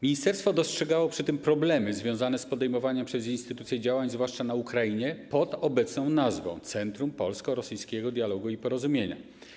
Ministerstwo dostrzegało przy tym problemy związane z podejmowaniem przez instytucję działań, zwłaszcza na Ukrainie, pod obecną nazwą: Centrum Polsko-Rosyjskiego Dialogu i Porozumienia.